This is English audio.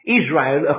Israel